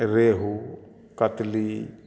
रेहू कतली